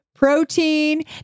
protein